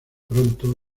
pronto